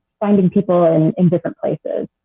finding people and in different places.